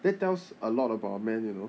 that tells a lot about a man you know